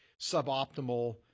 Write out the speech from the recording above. suboptimal